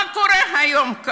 מה קורה כאן היום?